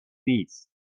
نیست